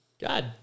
God